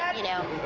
you know,